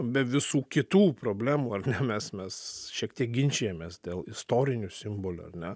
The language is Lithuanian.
be visų kitų problemų ar ne mes mes šiek tiek ginčijamės dėl istorinių simbolių ar ne